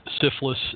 syphilis